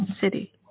City